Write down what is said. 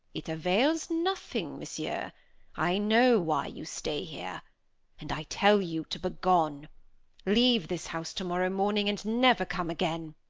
it avails nothing, monsieur i know why you stay here and i tell you to begone. leave this house tomorrow morning, and never come again.